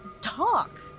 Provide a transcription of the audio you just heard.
talk